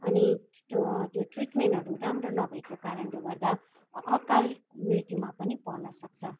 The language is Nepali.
अनि त्यो ट्रिटमेन्टहरू राम्रो नभएको कारणले गर्दा अकाल मृत्युमा पनि पर्न सक्छ